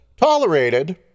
tolerated